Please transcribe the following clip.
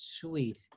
Sweet